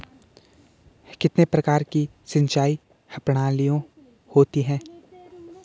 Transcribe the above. कितने प्रकार की सिंचाई प्रणालियों होती हैं?